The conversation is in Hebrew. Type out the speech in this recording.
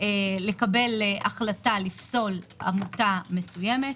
לקבל החלטה לפסול עמותה מסוימת.